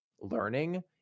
learning